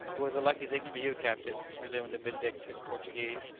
it was a lucky thing for you, captain, resumed the vindictive portuguese,